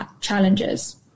challenges